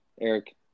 eric